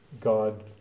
God